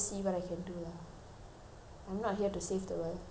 I'm not here to save the world do little bit by little bit